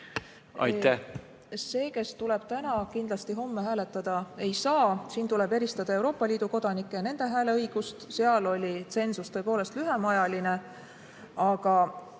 See, kes tuleb täna, kindlasti homme hääletada ei saa. Siin tuleb eristada Euroopa Liidu kodanikke ja nende hääleõigust. Seal oli tsensus tõepoolest lühemaajaline, aga